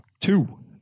two